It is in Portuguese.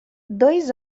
dois